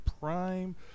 Prime